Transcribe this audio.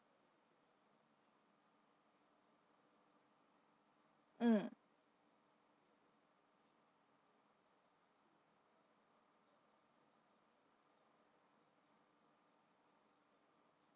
mm